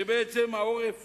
שבעצם העורף